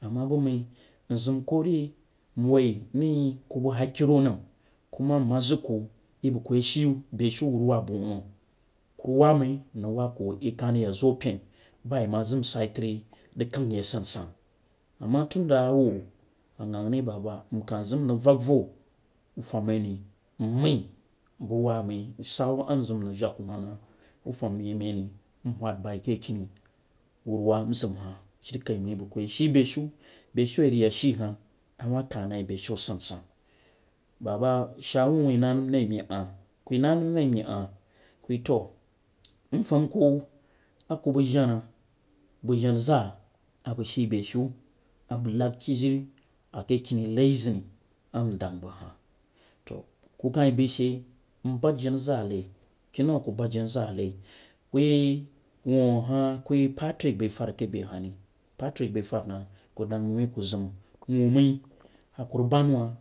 Ama bang bii nzam ku re nwuh ni ku nag hakiro nam ku ma nma ku yeh buku yej shi bestin wuna bang wuna ku rig wab mai nkah rig wab ku yeh kah rig yak zu pan ba yeh ma zam sah yeh tri rang kang yeh a sansan, ama ton da a wuh a yangha re baba nkah zam nrig vang vo wuh fam mai ri nmai bang waa bang sam nzam nrig vang ku hah na wuh dam meri nwum ku bai beshu beshu a yeh yak she hah beshu asansan, baba shaa wuu wuh na nam re nyeh yangha nanam re riyeh yongha ku ro mfam ku bang dana bang jana zaa a bang shii be shu a bang nang jini a keh keni nai zang ndang bang hah, to ku kah yeh bai she nbad jana zaa nai keh nau to ku kah yeh bai she nbad zaa mai keh nau a ku bang jana zaa nai ku yeh wuu hah ke yai patrick bai fad kah bei haha re patrick bai fad keh bei hah repatrick bai ku dang ku zam wuu mai a kan rig ban wuu bai